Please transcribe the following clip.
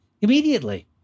immediately